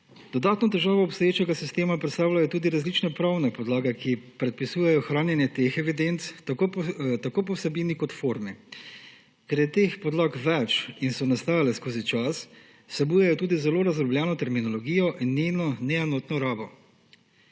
Dodatno težavo obstoječega sistema predstavljajo tudi različne pravne podlage, ki predpisujejo hranjenje teh evidenc tako po vsebini kot formi. Ker je teh podlag več in so nastajale skozi čas, vsebujejo tudi zelo razdrobljeno terminologijo in njeno neenotno rabo.